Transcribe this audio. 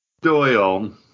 Doyle